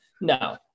no